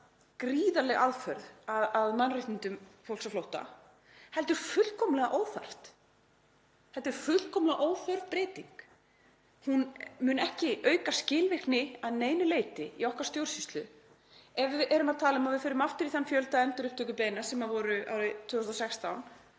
gríðarleg aðför að mannréttindum fólks á flótta heldur fullkomlega óþarft. Þetta er fullkomlega óþörf breyting. Hún mun ekki auka skilvirkni að neinu leyti í stjórnsýslu okkar. Ef við erum að tala um að við förum aftur í þann fjölda endurupptökubeiðna sem var árið 2016,